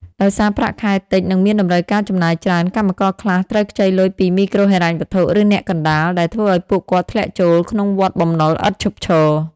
ដោយសារប្រាក់ខែតិច និងមានតម្រូវការចំណាយច្រើន កម្មករខ្លះត្រូវខ្ចីលុយពីមីក្រូហិរញ្ញវត្ថុ ឬអ្នកកណ្ដាល ដែលធ្វើឱ្យពួកគាត់ធ្លាក់ចូលក្នុងវដ្តបំណុលឥតឈប់ឈរ។